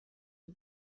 for